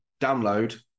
download